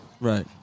Right